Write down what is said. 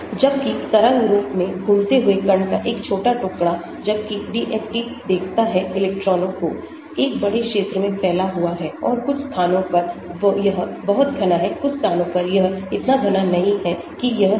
जबकि तरंग रूप में घूमते हुए कण का एक छोटा टुकड़ा जबकि DFT देखता है इलेक्ट्रॉनों को एक बड़े क्षेत्र में फैला हुआ है और कुछ स्थानों पर यह बहुत घना है कुछ स्थानों पर यह इतना घना नहीं है कि यह है